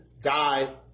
die